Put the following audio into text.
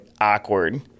awkward